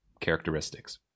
characteristics